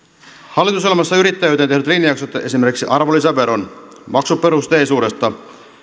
hallitusohjelmassa yrittäjyyteen tehdyt linjaukset esimerkiksi arvonlisäveron maksuperusteisuudesta